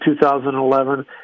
2011